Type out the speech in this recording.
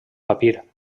papir